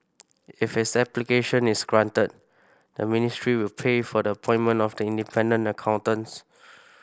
if its application is granted the ministry will pay for the appointment of the independent accountants